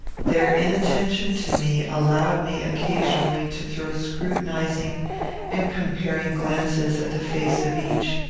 their inattention to me allowed me occasionally to throw scrutinizing and comparing glances at the face of each.